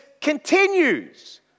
continues